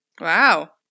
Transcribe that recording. Wow